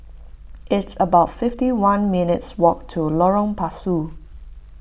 it's about fifty one minutes walk to Lorong Pasu